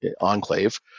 enclave